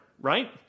Right